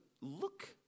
look